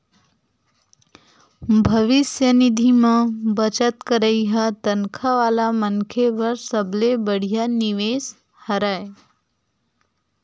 भविस्य निधि म बचत करई ह तनखा वाला मनखे बर सबले बड़िहा निवेस हरय